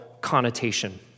connotation